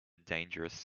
dangerous